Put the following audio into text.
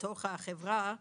בתוך החברה,